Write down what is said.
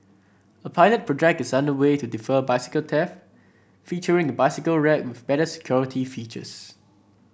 a pilot project is under way to defer bicycle theft featuring a bicycle rack with better security features